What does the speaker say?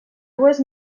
dues